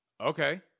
okay